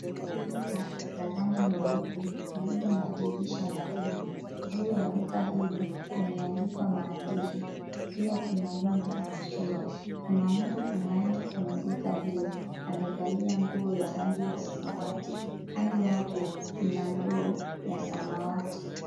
Duka la rangi nyeupe lililo na dirisha la vyuma. Juu ya duka hilo, kumeandikwa maandishi na pia kuna ng'ombe imechorwa. Kuna mtu anaenda kwenye duka hilo amevalia nguo ya rangi ya samawati. Kando yake kuna ndoo ya samawati.